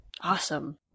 Awesome